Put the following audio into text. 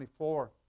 24